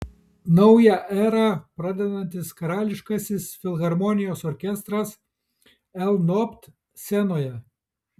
naują erą pradedantis karališkasis filharmonijos orkestras lnobt scenoje